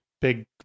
big